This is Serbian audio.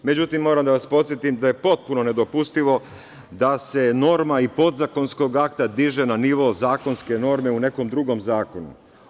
Moram da vas podsetim da je potpuno nedopustivo da se norma podzakonskog akta diže na nivo zakonske norme u nekom drugom zakonu.